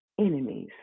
enemies